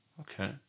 okay